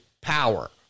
power